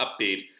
upbeat